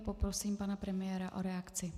Poprosím pana premiéra o reakci.